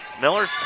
Miller